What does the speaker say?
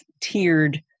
tiered